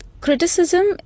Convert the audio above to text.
criticism